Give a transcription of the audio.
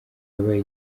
yabaye